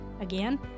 Again